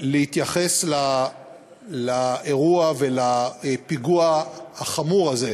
להתייחס לאירוע ולפיגוע החמור הזה,